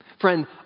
Friend